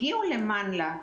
הגיעו למנל"א,